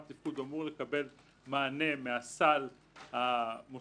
התפקוד הוא אמור לקבל מענה מהסל המוסדי,